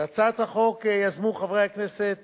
את הצעת החוק יזמו חברי הכנסת